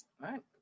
right